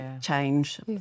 Change